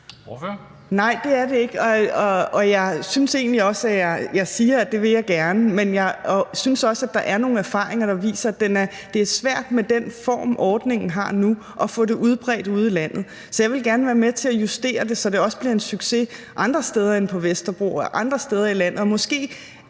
Nej, det er det ikke. Og jeg synes egentlig også, at jeg siger, at det vil jeg gerne; men jeg synes også, at der er nogle erfaringer, der viser, at det er svært med den form, ordningen har nu, at få den udbredt i landet. Så jeg vil gerne være med til at justere den, så den også bliver en succes andre steder i landet end på Vesterbro. Måske kræver det